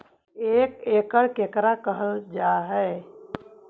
एक एकड़ केकरा कहल जा हइ?